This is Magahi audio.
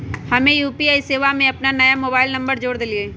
हम्मे यू.पी.आई सेवा में अपन नया मोबाइल नंबर जोड़ देलीयी